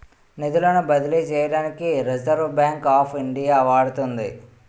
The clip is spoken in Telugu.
నిధులను బదిలీ చేయడానికి రిజర్వ్ బ్యాంక్ ఆఫ్ ఇండియా వాడుతుంది